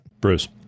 Bruce